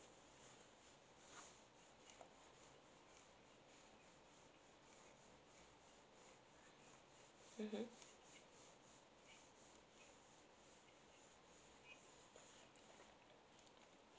mmhmm